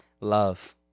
Love